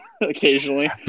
Occasionally